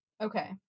Okay